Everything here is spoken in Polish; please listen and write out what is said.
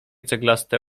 ceglaste